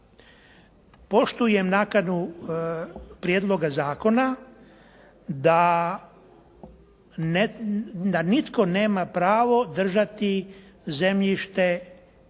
Poštujem nakanu prijedloga zakona da nitko nema pravo držati zemljište bez